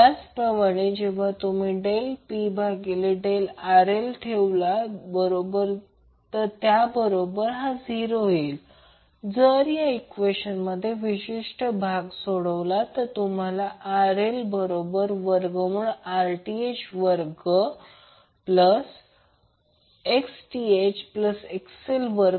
त्याचप्रमाणे जेव्हा तुम्ही del P भागिले del RL ठेवला बरोबर 0 येईल आणि जर या ईक्वेशनमधे विशिष्ट भाग सोडवला तर तुम्हाला मिळेल RL बरोबर वर्गमूळ Rth वर्ग Xth XL वर्ग